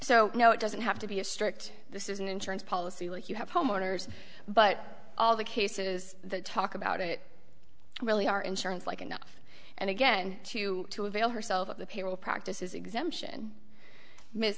so no it doesn't have to be a strict this is an insurance policy like you have homeowners but all the cases that talk about it really are insurance like enough and again to to avail herself of the payroll practices exemption mi